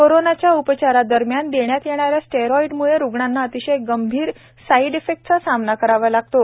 corona उपचारादरम्यान देण्यात येणा या स्टेरॉईडमुळे रूग्णांना अतिशय गंभीर साईड इफेक्टचा सामना करावा लागतो